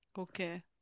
Okay